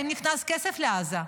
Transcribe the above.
האם נכנס כסף לעזה?